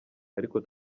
ariko